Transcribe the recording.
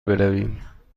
برویم